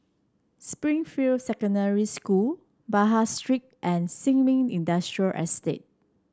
Springfield Secondary School Pahang Street and Sin Ming Industrial Estate